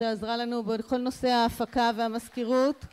שעזרה לנו בכל נושא ההפקה והמזכירות